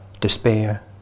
despair